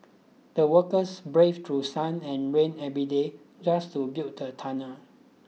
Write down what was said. the workers braved through sun and rain every day just to build the tunnel